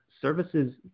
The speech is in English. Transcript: services